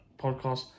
podcast